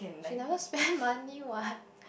she never spend money what